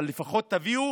אבל לפחות תביאו